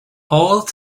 all